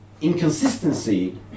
inconsistency